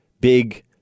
big